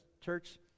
church